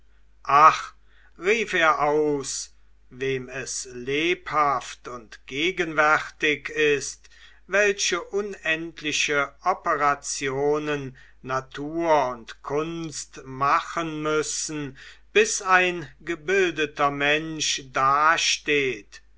ach rief er aus wem es lebhaft und gegenwärtig ist welche unendliche operationen natur und kunst machen müssen bis ein gebildeter mensch dasteht